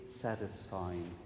satisfying